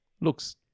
Looks